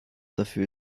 dafür